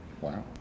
Wow